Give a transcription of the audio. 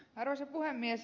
arvoisa puhemies